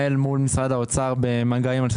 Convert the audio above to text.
משרד האוצר במגעים.